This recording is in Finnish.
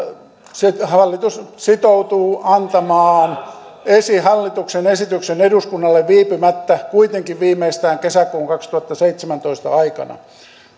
hallitus sitoutuu antamaan hallituksen esityksen eduskunnalle viipymättä kuitenkin viimeistään kesäkuun kaksituhattaseitsemäntoista aikana